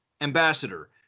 ambassador